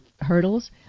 hurdles